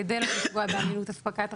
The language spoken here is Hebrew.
כדי לא לפגוע באמינות אספקת החשמל,